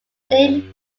name